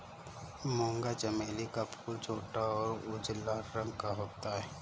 मूंगा चमेली का फूल छोटा और उजला रंग का होता है